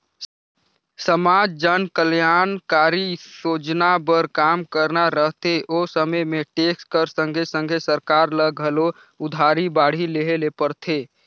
समाज जनकलयानकारी सोजना बर काम करना रहथे ओ समे में टेक्स कर संघे संघे सरकार ल घलो उधारी बाड़ही लेहे ले परथे